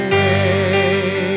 Away